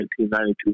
1992